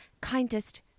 kindest